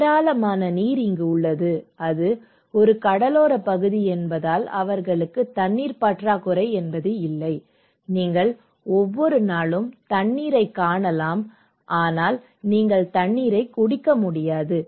ஏராளமான நீர் உள்ளது அது ஒரு கடலோரப் பகுதி என்பதால் அவர்களுக்கு தண்ணீர் பற்றாக்குறை இல்லை நீங்கள் ஒவ்வொரு நாளும் தண்ணீரைக் காணலாம் ஆனால் நீங்கள் தண்ணீர் குடிக்க முடியாது